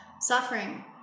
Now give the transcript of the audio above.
suffering